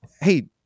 hey